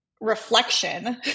reflection